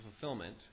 fulfillment